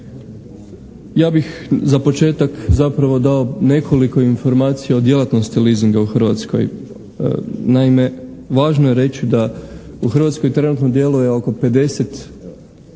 Ja bih za početak zapravo dao nekoliko informacija o djelatnosti leasinga u Hrvatskoj. Naime važno je reći da u Hrvatskoj trenutno djeluje oko 50